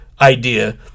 idea